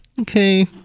Okay